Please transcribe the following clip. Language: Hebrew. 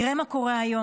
ראה מה קורה היום.